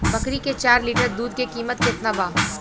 बकरी के चार लीटर दुध के किमत केतना बा?